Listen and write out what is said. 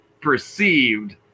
perceived